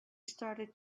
started